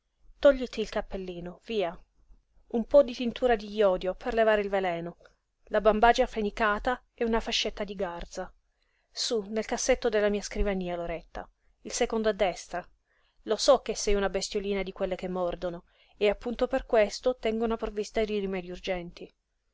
andartene tògliti il cappellino via un po di tintura di jodio per levare il veleno la bambagia fenicata e una fascetta di garza sú nel cassetto della mia scrivania loretta il secondo a destra lo so che sei una bestiolina di quelle che mordono e appunto per questo tengo una provvista di rimedi urgenti